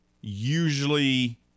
Usually